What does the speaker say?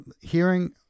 hearing